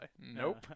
Nope